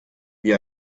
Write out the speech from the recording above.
wie